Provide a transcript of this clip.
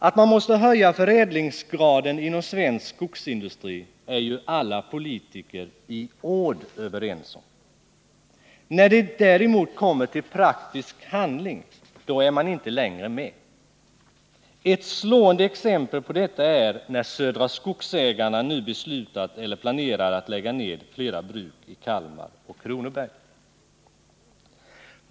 Att man måste höja förädlingsgraden inom svensk skogsindustri är alla politiker i ord överens om. När det däremot kommer till praktisk handling. då är man inte längre med. Ett slående exempel på detta är när Södra Skogsägarna nu beslutat eller planerar att lägga ned flera bruk i Kalmar och Kronoberg.